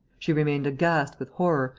she remained aghast with horror,